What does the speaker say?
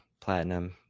platinum